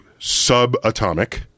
subatomic